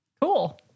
Cool